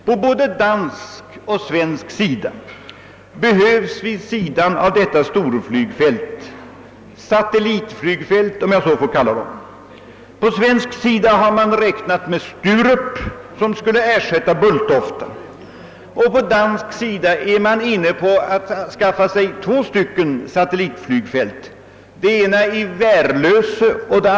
På både dansk och svensk sida be hövs vid sidan av det centrala stora flygfältet låt mig säga satellitflygfältet. I Sverige har man räknat med Sturup som skulle ersätta Bulltofta; i Danmark är man inne på att anlägga sekundära flygfält vid Voerlgse och Tune.